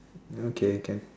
no okay can